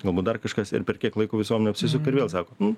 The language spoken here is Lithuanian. galbūt dar kažkas ir per kiek laiko visuomenė apsisuka ir vėl sako nu